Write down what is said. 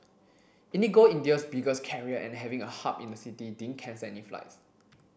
IndiGo India's biggest carrier and having a hub in the city didn't cancel any flights